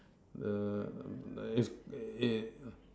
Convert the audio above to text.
the if